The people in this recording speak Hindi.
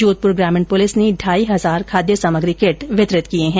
जोधपुर ग्रामीण पुलिस ने ढाई हजार खाद्य सामग्री किट वितरित किए है